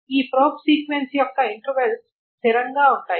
ఈ probe sequence యొక్క intervals స్థిరంగా ఉంటాయి